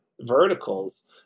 verticals